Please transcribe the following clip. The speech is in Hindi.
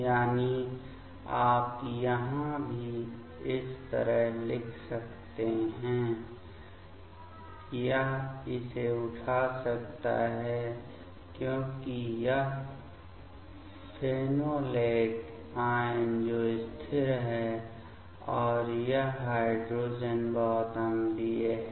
यानी आप यहाँ भी इस तरह लिख सकते हैं यह इसे उठा सकता है क्योंकि यह फेनोलेट आयन जो स्थिर है और यह हाइड्रोजन बहुत अम्लीय है